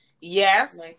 Yes